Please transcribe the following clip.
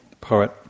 poet